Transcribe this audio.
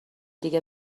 دیگه